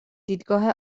دیدگاه